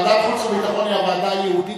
ועדת החוץ והביטחון היא הוועדה הייעודית,